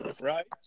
right